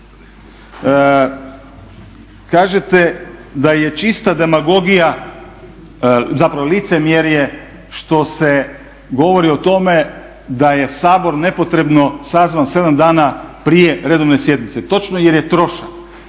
Kažete da je čisto licemjerje što se govori o tome da je Sabor nepotrebno sazvan 7 dana prije redovne sjednice, točno jer je trošak.